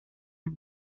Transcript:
año